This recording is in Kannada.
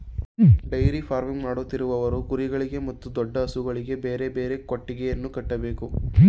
ಡೈರಿ ಫಾರ್ಮಿಂಗ್ ಮಾಡುತ್ತಿರುವವರು ಕರುಗಳಿಗೆ ಮತ್ತು ದೊಡ್ಡ ಹಸುಗಳಿಗೆ ಬೇರೆ ಬೇರೆ ಕೊಟ್ಟಿಗೆಯನ್ನು ಕಟ್ಟಬೇಕು